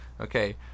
Okay